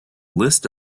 list